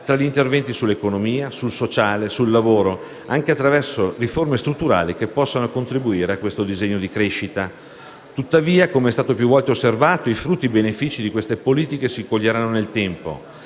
tra interventi sull'economia, sul sociale, sul lavoro anche attraverso riforme strutturali che possano contribuire a questo disegno di crescita. Tuttavia - come è stato più volte osservato - i frutti e i benefici di queste politiche si coglieranno nel tempo